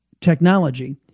technology